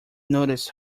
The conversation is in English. noticed